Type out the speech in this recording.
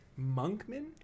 Monkman